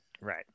right